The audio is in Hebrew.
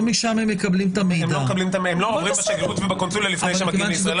עוברים בשגרירות ובקונסוליה לפני שמגיעים לישראל.